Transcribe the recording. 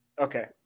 Okay